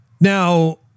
Now